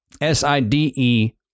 S-I-D-E